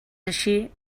així